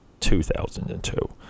2002